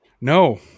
No